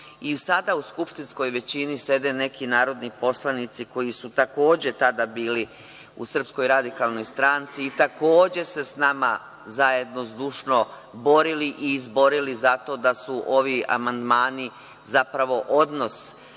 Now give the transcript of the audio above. I sada u skupštinskoj većini sede neki narodni poslanici koji su takođe tada bili u SRS i takođe se s nama zajedno zdušno borili i izborili za to da su ovi amandmani zapravo odnos